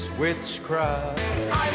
witchcraft